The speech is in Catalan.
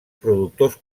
productors